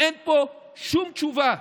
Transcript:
אין פה שום תשובה.